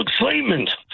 excitement